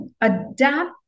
adapt